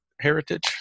heritage